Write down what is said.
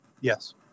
Yes